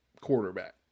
quarterback